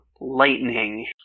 Lightning